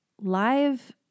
live